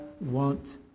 want